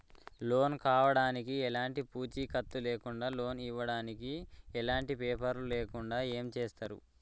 Loan కావడానికి ఎలాంటి పూచీకత్తు లేకుండా లోన్ ఇవ్వడానికి ఎలాంటి పేపర్లు లేకుండా ఏం చేస్తారు?